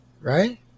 right